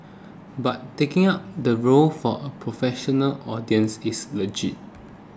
but taking up the role of a professional audience is legit